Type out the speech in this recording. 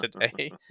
today